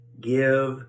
give